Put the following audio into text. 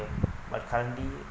but currently